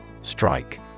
Strike